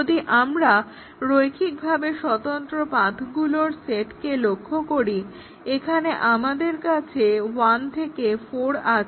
যদি আমরা রৈখিকভাবে স্বতন্ত্র পাথগুলোর সেটকে লক্ষ্য করি এখানে আমাদের কাছে 1 4 আছে